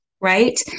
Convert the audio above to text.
right